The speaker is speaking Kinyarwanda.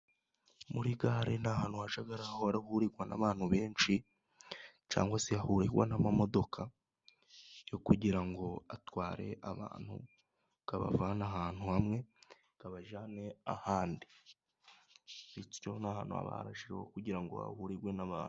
Muri gare ni ahantu hajya hahurirwa n'abantu benshi cyangwa se hahurirwa n'amamodoka yo kugira ngo atware abantu ,akabavana ahantu hamwe abajyane ahandi ,bityo ni ahantu haba harashyiriweho kugira ngo hahurirwe n'abantu.